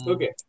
Okay